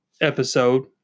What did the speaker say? episode